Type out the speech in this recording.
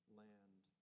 land